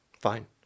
fine